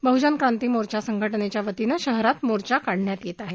बहजन क्रांती मोर्चा संघटनेच्या वतीनं शहरात मोर्चा काढण्यात येत आहे